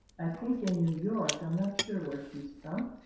i think in new york, i'm not sure where she's from.